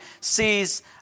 sees